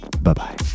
bye-bye